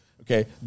okay